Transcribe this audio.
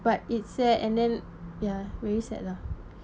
but it sad and then ya very sad lah